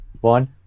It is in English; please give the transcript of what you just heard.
One